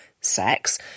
sex